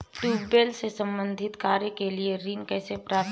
Tubewell से संबंधित कार्य के लिए ऋण कैसे प्राप्त किया जाए?